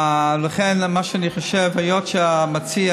לכן, מה שאני חושב: היות שהמציע